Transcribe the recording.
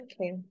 Okay